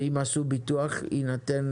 שאם עשו ביטוח, יינתן